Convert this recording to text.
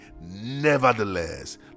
nevertheless